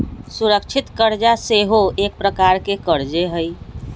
सुरक्षित करजा सेहो एक प्रकार के करजे हइ